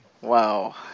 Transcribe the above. Wow